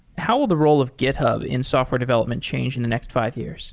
how will the role of github in software development change in the next five years